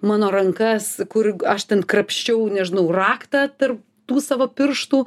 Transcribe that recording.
mano rankas kur aš ten krapščiau nežinau raktą tarp tų savo pirštų